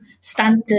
standard